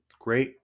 great